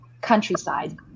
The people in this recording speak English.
countryside